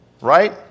Right